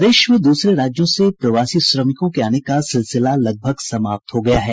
प्रदेश में दूसरे राज्यों से प्रवासी श्रमिकों के आने का सिलसिला लगभग समाप्त हो गया है